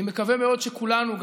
אני מקווה מאוד שכולנו,